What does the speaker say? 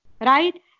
Right